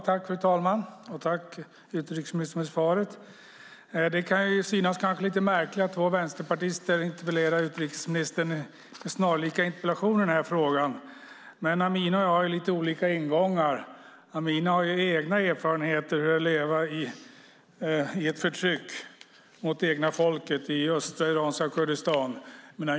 Fru talman! Tack, utrikesministern, för svaret! Det kan kanske synas lite märkligt att två vänsterpartister interpellerar utrikesministern med snarlika interpellationer i den här frågan, men Amineh och jag har lite olika ingångar. Amineh har egna erfarenheter av hur det är att leva i ett förtryck mot det egna folket i östra iranska Kurdistan.